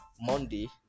monday